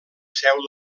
seu